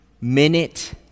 minute